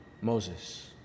Moses